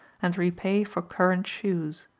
and repay for current shoes.